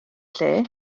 lle